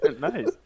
Nice